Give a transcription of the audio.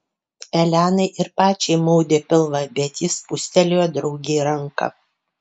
elenai ir pačiai maudė pilvą bet ji spustelėjo draugei ranką